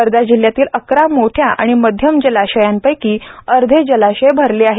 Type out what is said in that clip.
वर्धा जिल्ह्यातील अकरा मोठ्या आणि मध्यम जलाशयांपैकी अर्धे भरले आहेत